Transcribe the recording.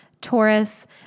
Taurus